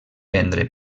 prendre